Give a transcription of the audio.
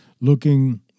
looking